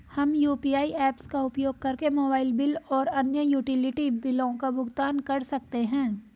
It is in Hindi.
हम यू.पी.आई ऐप्स का उपयोग करके मोबाइल बिल और अन्य यूटिलिटी बिलों का भुगतान कर सकते हैं